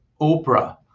Oprah